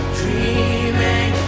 dreaming